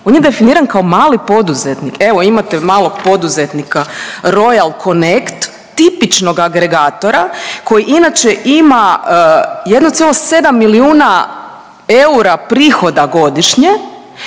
on je definiran kao mali poduzetnik. Evo imate malog poduzetnika Royal connekt tipičnog agregatora koji inače ima 1,7 milijuna eura prihoda godišnja,